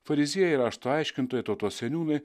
fariziejai rašto aiškintojai tautos seniūnai